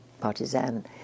partisan